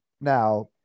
Now